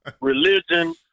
religion